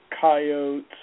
coyotes